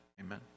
Amen